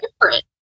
different